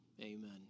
Amen